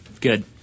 good